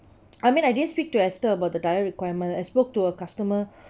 I mean I didn't speak to esther about the diet requirement I spoke to a customer